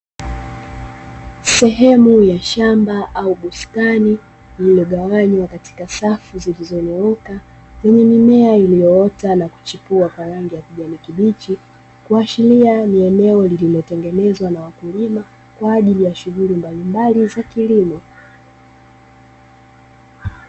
Sehemu ya shamba au bustani, lililogawanywa katika safu zilizonyooka, lenye mimea iliyoota na kuchipua kwa rangi ya kijani kibichi, kuashiria ni eneo lililotengenezwa na wakulima kwaajili ya shughuli mbalimbali za kilimo.